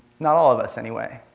not all of us, anyway.